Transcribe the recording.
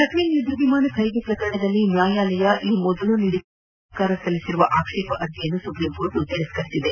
Rafale ಯುದ್ಧ ವಿಮಾನ ಖರೀದಿ ಪ್ರಕರಣದಲ್ಲಿ ನ್ಯಾಯಾಲಯ ಈ ಮೊದಲು ನೀಡಿರುವ ತೀರ್ಪಿಗೆ ಕೇಂದ್ರ ಸರ್ಕಾರ ಸಲ್ಲಿಸಿರುವ ಆಕ್ಷೇಪ ಅರ್ಜಿಯನ್ನು ಸುಪ್ರೀಂ ಕೋರ್ಟ್ ತಿರಸ್ತರಿಸಿದೆ